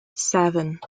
seven